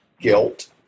guilt